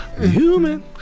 Human